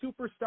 superstar